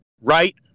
right